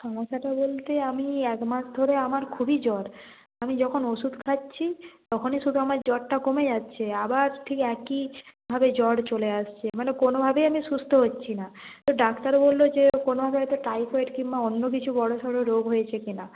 সমস্যাটা বলতে আমি একমাস ধরে আমার খুবই জ্বর আমি যখন ওষুধ খাচ্ছি তখনই শুধু আমার জ্বরটা কমে যাচ্ছে আবার ঠিক একইভাবে জ্বর চলে আসছে মানে কোনো ভাবেই আমি সুস্থ হচ্ছি না তো ডাক্তারও বলল যে কোনো ভাবে হয়তো টাইফয়েড কিংবা অন্য কিছু বড় সড় রোগ হয়েছে কি না